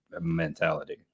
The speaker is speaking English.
mentality